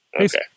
Okay